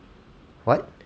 what